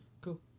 Cool